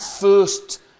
first